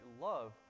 love